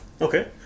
Okay